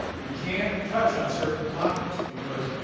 we can't touch on certain topics because,